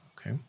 Okay